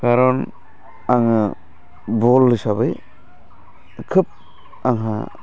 खारन आङो बल हिसाबै खोब आंहा